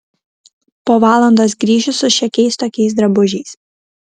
po valandos grįšiu su šiokiais tokiais drabužiais